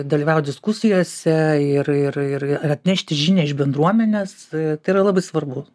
dalyvaut diskusijose ir ir ir ir atnešti žinią iš bendruomenės tai yra labai svarbu